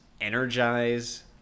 energize